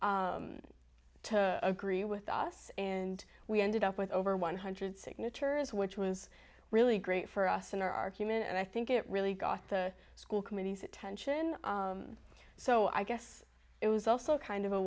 online to agree with us and we ended up with over one hundred signatures which was really great for us in our human and i think it really got the school committees that tension so i guess it was also kind of a